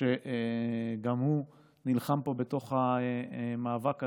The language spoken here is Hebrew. גם הוא נלחם פה בתוך המאבק הזה,